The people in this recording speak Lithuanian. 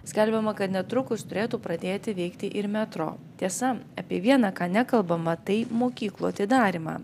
skelbiama kad netrukus turėtų pradėti veikti ir metro tiesa apie vieną ką nekalbama tai mokyklų atidarymą